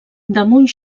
damunt